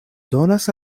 donas